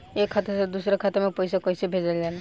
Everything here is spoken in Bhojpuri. एक खाता से दूसरा खाता में पैसा कइसे भेजल जाला?